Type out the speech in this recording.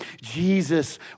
Jesus